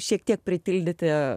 šiek tiek pritildyti